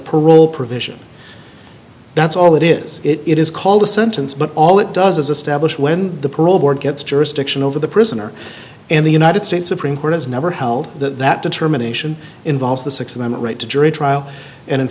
parole provision that's all it is it is called a sentence but all it does is establish when the parole board gets jurisdiction over the prisoner in the united states supreme court has never held that that determination involves the six of them a right to jury trial and in